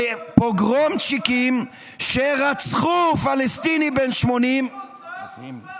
פוגרומצ'יקים, עופר, לא היית